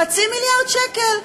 חצי מיליארד שקל.